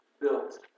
built